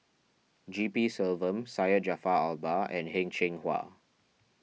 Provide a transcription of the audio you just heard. G P Selvam Syed Jaafar Albar and Heng Cheng Hwa